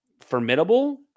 formidable